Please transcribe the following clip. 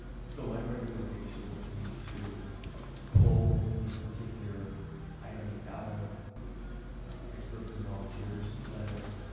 so my recommendation would be to pull this particular item out of experts and volunteers. let us